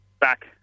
back